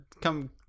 come